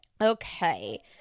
Okay